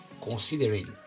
considering